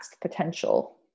potential